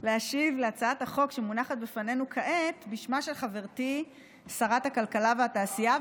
להשיב להצעת החוק שמונחת בפנינו כעת בשמה של חברתי שרת הכלכלה והתעשייה,